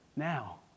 Now